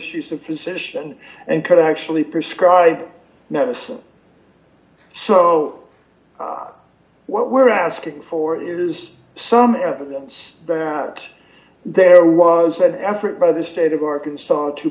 the physician and could actually prescribe medicine so what we're asking for is some evidence that there was an effort by the state of arkansas to